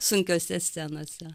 sunkiose scenose